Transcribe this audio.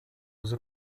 was